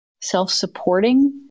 self-supporting